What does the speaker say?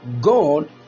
God